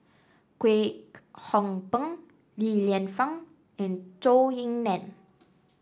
Kwek Hong Png Li Lienfung and Zhou Ying Nan